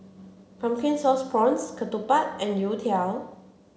pumpkin sauce prawns Ketupat and Youtiao